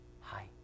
hi